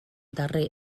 darrer